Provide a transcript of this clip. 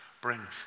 brings